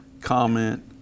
comment